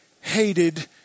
hated